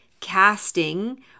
casting